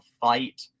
fight